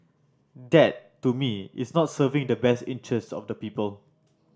that to me is not serving the best interests of the people